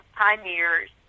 pioneers